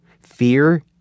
fear